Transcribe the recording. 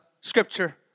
scripture